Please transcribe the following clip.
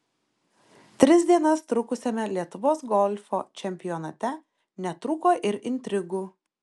tris dienas trukusiame lietuvos golfo čempionate netrūko ir intrigų